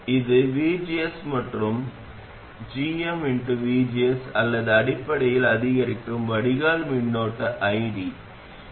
இப்போது சிக்னல்களுக்கு இதைச் செய்வதற்கான மிகவும் வசதியான வழி ஆதாரத்தின் பின்னூட்டத்தை நகலெடுப்பதாகும்